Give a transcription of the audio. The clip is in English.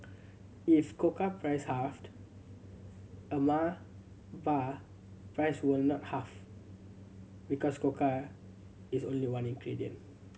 if cocoa price halved a Mar bar price will not halve because cocoa is only one ingredient